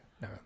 No